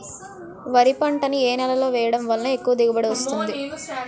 వరి పంట ని ఏ నేలలో వేయటం వలన ఎక్కువ దిగుబడి వస్తుంది?